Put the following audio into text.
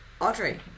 Audrey